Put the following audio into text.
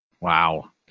Wow